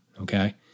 Okay